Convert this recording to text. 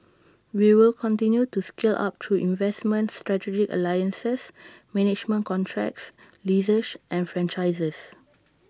we will continue to scale up through investments strategic alliances management contracts leases and franchises